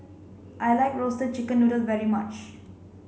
I like roasted chicken noodle very much